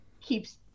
keeps